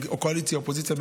קואליציה-אופוזיציה,